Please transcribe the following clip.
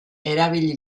erabil